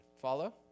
Follow